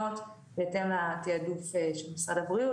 גם לקופה שלנו יגיע רישיון.